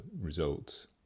results